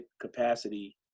capacity